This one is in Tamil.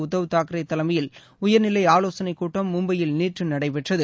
உத்தவ் தாக்கரே தலைமையில் உயர்நிலை ஆலோசனைக் கூட்டம் மும்பையில் நேற்று நடைபெற்றது